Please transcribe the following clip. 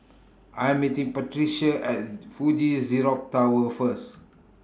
I Am meeting Patricia At Fuji Xerox Tower First